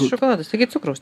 šokoladas tai gi cukraus